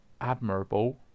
admirable